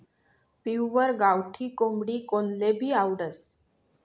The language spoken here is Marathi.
पिव्वर गावठी कोंबडी कोनलेभी आवडस